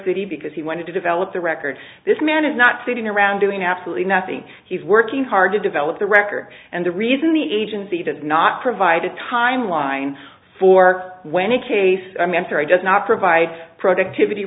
city because he wanted to develop the record this man is not sitting around doing absolutely nothing he's working hard to develop the record and the reason the agency does not provide a timeline for when a case does not provide productivity